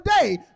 today